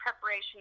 preparation